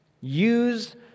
Use